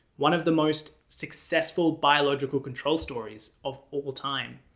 one of the most successful biological control stories of all time,